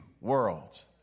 worlds